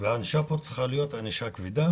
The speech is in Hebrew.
- והענישה פה צריכה להיות ענישה כבדה,